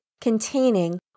containing